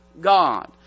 God